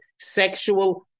sexual